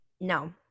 No